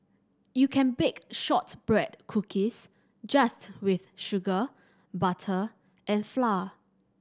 you can bake shortbread cookies just with sugar butter and flour